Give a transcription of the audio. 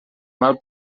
mal